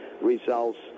results